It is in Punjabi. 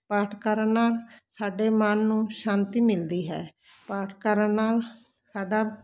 ਪਾਠ ਕਰਨ ਨਾਲ ਸਾਡੇ ਮਨ ਨੂੰ ਸ਼ਾਂਤੀ ਮਿਲਦੀ ਹੈ ਪਾਠ ਕਰਨ ਨਾਲ ਸਾਡਾ